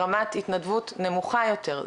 רמת התנדבות נמוכה יותר,